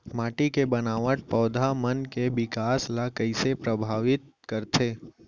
माटी के बनावट पौधा मन के बिकास ला कईसे परभावित करथे